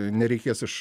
nereikės iš